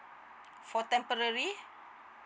for temporary